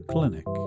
Clinic